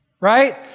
Right